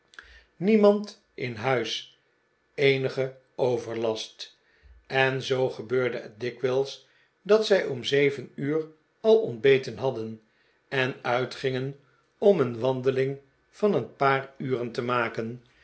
niemand in huis eenigen overlast en zoo gebeurde het dikwijls dat zij om zeven uur al ontbeten hadden en uitgingen om een wandeling van een paar uren te maken